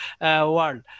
world